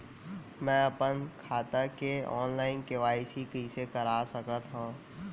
मैं अपन खाता के ऑनलाइन के.वाई.सी कइसे करा सकत हव?